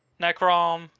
Necrom